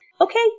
Okay